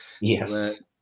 Yes